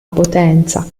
potenza